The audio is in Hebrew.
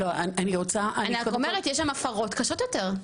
אני רק אומרת יש שם הפרות קשות יותר.